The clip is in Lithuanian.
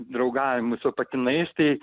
draugavimui su patinais tai